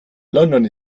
london